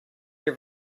been